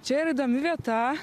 čia yra įdomi vieta